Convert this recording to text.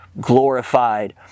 glorified